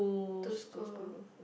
to school